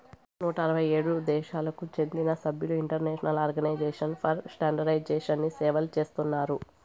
నూట అరవై ఏడు దేశాలకు చెందిన సభ్యులు ఇంటర్నేషనల్ ఆర్గనైజేషన్ ఫర్ స్టాండర్డయిజేషన్ని సేవలు చేస్తున్నారు